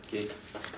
K